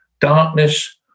Darkness